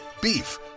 Beef